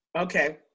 Okay